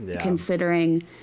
considering